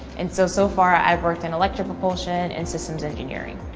and so, so far i've worked in electric propulsion and systems engineering.